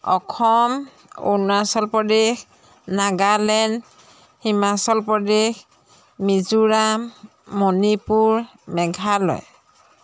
Assam Arunachal Pradesh Nagaland Himachal Pradesh Mizoram Manipur Meghalaya